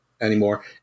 Anymore